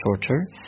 shorter